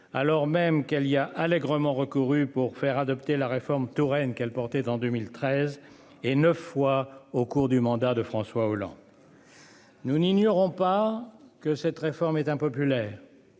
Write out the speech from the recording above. Alors même qu'elle y a allègrement recouru pour faire adopter la réforme Touraine qu'elle portait en 2013 et 9 fois au cours du mandat de François Hollande. Nous n'ignorons pas que cette réforme est impopulaire.